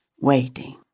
waiting